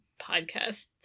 podcasts